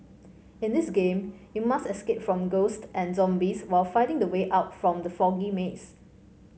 in this game you must escape from ghost and zombies while finding the way out from the foggy maze